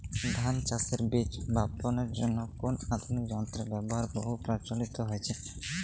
ধান চাষের বীজ বাপনের জন্য কোন আধুনিক যন্ত্রের ব্যাবহার বহু প্রচলিত হয়েছে?